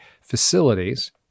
facilities